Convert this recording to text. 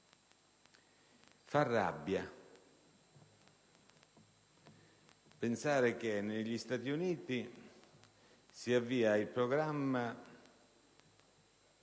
Fa rabbia pensare che negli Stati Uniti si avvia un programma